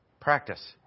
Practice